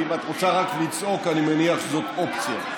ואם את רוצה רק לצעוק, אני מניח שזאת אופציה.